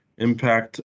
impact